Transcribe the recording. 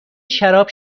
شراب